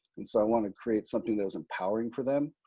and so i want to create something that is empowering for them,